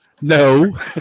No